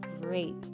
great